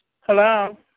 Hello